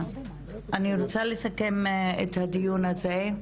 הדיון הזה,